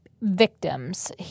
victims